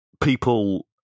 people